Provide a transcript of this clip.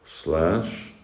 slash